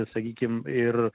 sakykim ir